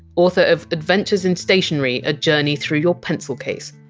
author of adventures in stationery a journey through your pencil case.